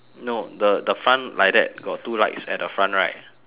no the the front like that got two lights at the front right